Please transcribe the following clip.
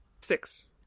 Six